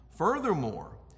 Furthermore